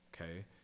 Okay